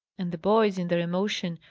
and the boys, in their emotion,